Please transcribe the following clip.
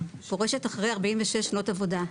פורשת אחרי 46 שנות עבודה.